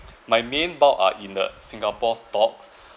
my main bulk are in the singapore stocks